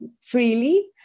freely